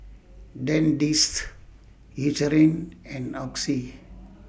Dentiste Eucerin and Oxy